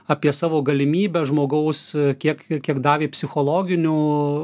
apie savo galimybes žmogaus kiek ir kiek davė psichologinių